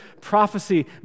prophecy